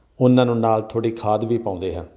ਉਹਨਾਂ ਨੂੰ ਨਾਲ ਥੋੜ੍ਹੀ ਖਾਦ ਵੀ ਪਾਉਂਦੇ ਹਾਂ